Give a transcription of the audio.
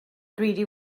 greedy